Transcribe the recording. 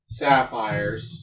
sapphires